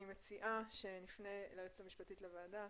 אני מציעה שנפתח עם היועצת המשפטים לוועדה